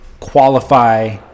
qualify